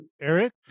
Eric